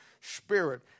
spirit